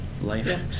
life